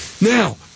Now